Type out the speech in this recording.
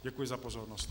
Děkuji za pozornost.